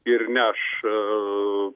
ir ne aš